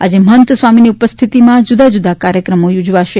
આજે મહંત સ્વામીની ઉપસ્થિતિમાં જુદા જુદા કાર્યક્રમો ઉજવાશે